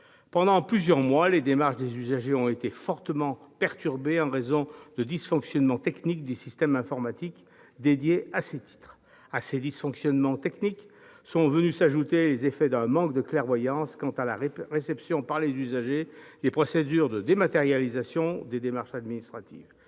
Pendant plusieurs mois, les démarches des usagers ont été fortement perturbées en raison de dysfonctionnements techniques des systèmes informatiques dédiés à ces titres. À ces dysfonctionnements techniques sont venus s'ajouter les effets d'un manque de clairvoyance quant à la réception par les usagers des procédures de dématérialisation des démarches administratives.